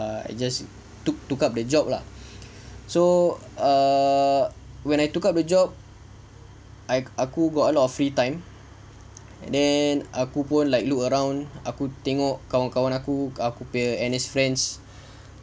I just took took up the job lah so err when I took up the job I aku got a lot of free time and aku pun look around aku tengok kawan-kawan aku aku punya N_S friends